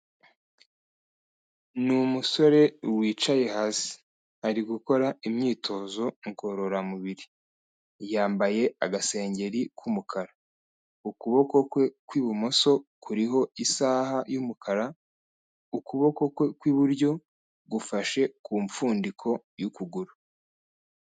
Ni umusore wicaye hasi ari gukora imyitozo ngororamubiri, yambaye agasengeri k'umukara ukuboko kwe kw'ibumoso kuriho isaha y'umukara, ukuboko kwe kw'iburyo gufashe ku imfundiko y'ukuguru.